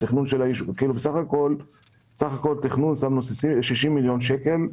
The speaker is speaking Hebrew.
בסך הכול בתכנון שמנו 60 מיליון שקלים.